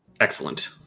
Excellent